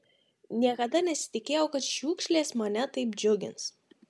niekada nesitikėjau kad šiukšlės mane taip džiugins